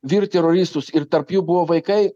vyrų teroristus ir tarp jų buvo vaikai